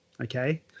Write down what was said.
Okay